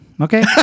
Okay